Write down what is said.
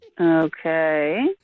Okay